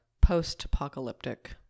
post-apocalyptic